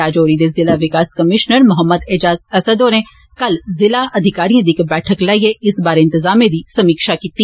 रजौरी दे जिला विकास कमिशनर मोहम्मद ऐजाज असद होरें कल जिला अधिकारिएं दी इक बैठक लाइयै इस बारै इंतजामें दी समीक्षा कीती